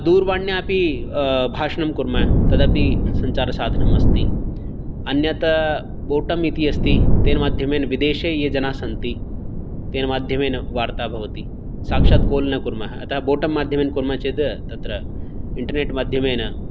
दूरवाण्यापि भाषणं कुर्मः तदपि सञ्चारसाधनं अस्ति अन्यत् बोटम् इति अस्ति तेन माध्यमेन विदेशे ये जनाः सन्ति तेन माध्यमेन वार्ता भवति साक्षात् कोल् न कुर्मः अतः बोटम् माध्यमेन कुर्मः चेत् तत्र इण्टरनेट् माध्यमेन